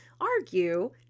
argue